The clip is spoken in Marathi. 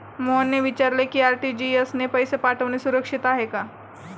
मोहनने विचारले की आर.टी.जी.एस ने पैसे पाठवणे सुरक्षित आहे का?